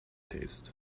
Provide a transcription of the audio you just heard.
taste